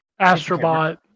AstroBot